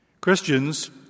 Christians